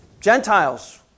Gentiles